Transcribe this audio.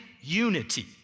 unity